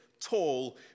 tall